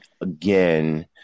again